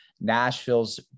Nashville's